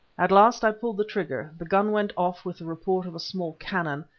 at last i pulled the trigger, the gun went off with the report of a small cannon,